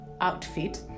outfit